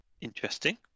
Interesting